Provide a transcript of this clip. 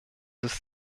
ist